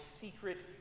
secret